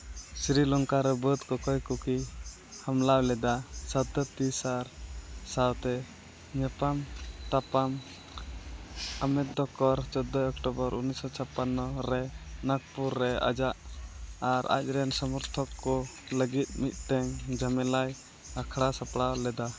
ᱥᱨᱤᱞᱚᱝᱠᱟ ᱨᱮ ᱵᱟᱹᱫᱽ ᱠᱚᱠᱚᱭ ᱠᱚᱠᱤ ᱦᱟᱢᱞᱟ ᱞᱮᱫᱟ ᱥᱟᱛᱚᱥᱴᱴᱤ ᱥᱟᱞ ᱥᱟᱶᱛᱮ ᱧᱟᱯᱟᱢ ᱛᱟᱯᱟᱢ ᱟᱢᱮᱫᱫᱚᱠᱚᱨ ᱪᱳᱫᱫᱳᱭ ᱚᱠᱴᱳᱵᱚᱨ ᱩᱱᱤᱥᱥᱚ ᱪᱷᱟᱯᱟᱱᱱᱚ ᱨᱮ ᱱᱟᱜᱽᱯᱩᱨ ᱨᱮ ᱟᱡᱟᱜ ᱟᱨ ᱟᱡ ᱨᱮᱱ ᱥᱚᱢᱚᱨᱛᱷᱚᱠ ᱠᱚ ᱞᱟᱹᱜᱤᱫ ᱢᱤᱫᱴᱮᱱ ᱡᱚᱢᱮᱞᱟᱭ ᱟᱠᱷᱲᱟ ᱥᱟᱯᱲᱟᱣ ᱞᱮᱫᱟ